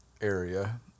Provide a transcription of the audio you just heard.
area